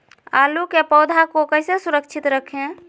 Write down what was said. आलू के पौधा को कैसे सुरक्षित रखें?